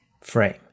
frame